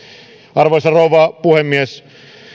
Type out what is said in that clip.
arvoisa rouva puhemies